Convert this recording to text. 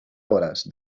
hores